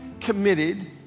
committed